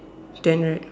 ten right